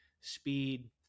speed